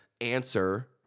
answer